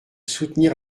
soutenir